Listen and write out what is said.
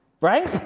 right